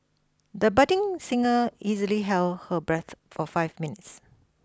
the budding singer easily held her breath for five minutes